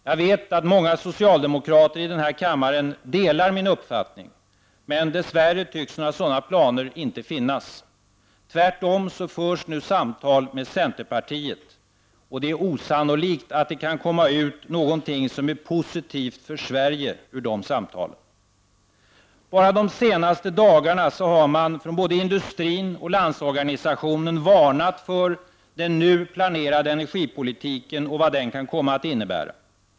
Jag vet att många socialdemokrater i denna kammare delar min uppfattning, men dess värre tycks några sådana planer inte finnas. Tvärtom förs nu samtal med centerpartiet. Det är osannolikt att det kan komma något för Sverige positivt ut av dessa samtal. Bara de senaste dagarna har man från både industrin och LO varnat för vad den nu planerade energipolitiken kan komma att innebära.